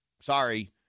sorry